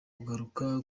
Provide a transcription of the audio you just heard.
kugaruka